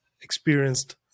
experienced